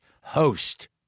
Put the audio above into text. host